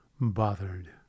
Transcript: bothered